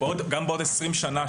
גם בעוד 20 שנה,